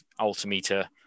altimeter